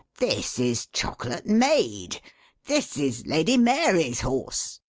this is chocolate maid this is lady mary's horse.